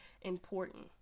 important